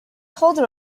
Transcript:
holder